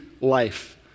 life